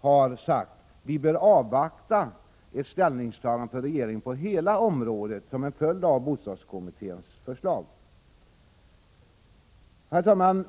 har sagt att riksdagen bör avvakta det ställningstagande på hela detta område som regeringen kommer att göra till följd av bostadskommitténs förslag. Herr talman!